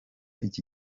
iki